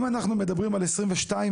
אם אנחנו מדברים על 22,000,